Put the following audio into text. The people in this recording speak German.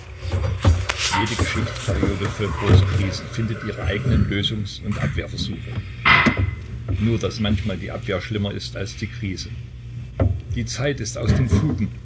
jede geschichtsperiode voll großer krisen findet ihre eigenen lösungs und abwehrversuche nur daß manchmal die abwehr schlimmer ist als die krise die zeit ist aus den fugen